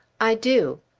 i do.